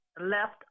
left